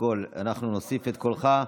לפרוטוקול אנחנו נוסיף את קולך,